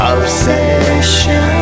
Obsession